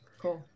cool